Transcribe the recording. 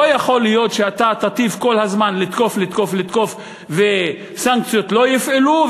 לא יכול להיות שאתה תטיף כל הזמן לתקוף-לתקוף-לתקוף וסנקציות לא יפעלו,